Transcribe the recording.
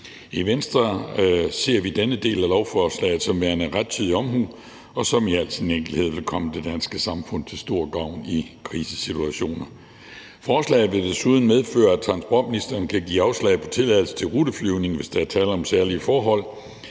I Venstre ser vi denne del af lovforslaget som værende rettidig omhu, som i al sin enkelhed vil blive det danske samfund til stor gavn i krisesituationer. Forslaget vil desuden medføre, at transportministeren kan give afslag på tilladelse til ruteflyvning, hvis der er tale om særlige forhold,